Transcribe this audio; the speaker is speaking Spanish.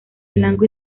blanco